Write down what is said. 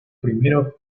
primeros